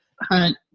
hunt